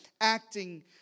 acting